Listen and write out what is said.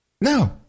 No